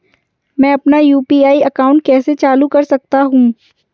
मैं अपना UPI account कैसे चालू कर सकता हूँ?